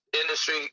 industry